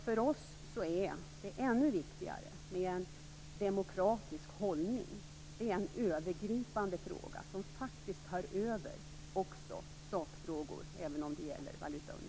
För oss socialdemokrater är det ännu viktigare med en demokratisk hållning. Det är en övergripande fråga som faktiskt tar över också sakfrågor, även om det gäller valutaunionen.